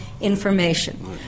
information